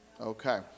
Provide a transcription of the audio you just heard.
Okay